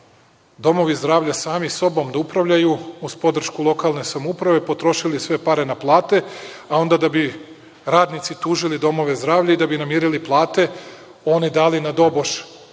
domovi zdravlja sami sobom da upravljaju uz podršku lokalne samouprave. Potrošili sve pare na plate a onda da bi radnici tužili domove zdravlja i da bi namirili plate, oni dali na doboš